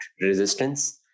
resistance